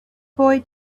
boy